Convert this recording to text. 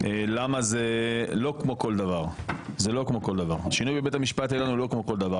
למה השינוי בבית המשפט העליון הוא לא כמו כל דבר.